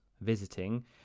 visiting